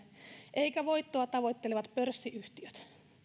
eikä voittoa tavoittelevat pörssiyhtiöt